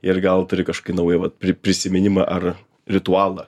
ir gal turi kašokį naują vat pri prisiminimą ar ritualą